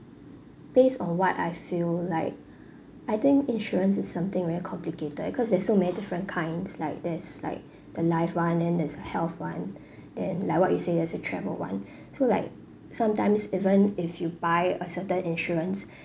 based on what I feel like I think insurance is something very complicated cause there's so many different kinds like there's like the life one and there's the health one then like what you say there's the travel one so like sometimes even if you buy a certain insurance